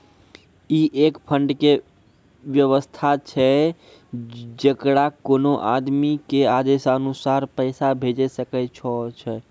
ई एक फंड के वयवस्था छै जैकरा कोनो आदमी के आदेशानुसार पैसा भेजै सकै छौ छै?